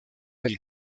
del